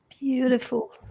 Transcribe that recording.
Beautiful